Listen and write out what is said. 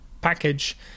package